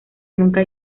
nunca